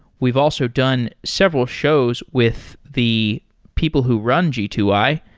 we've also done several shows with the people who run g two i,